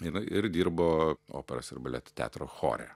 jinai ir dirbo operos ir baleto teatro chore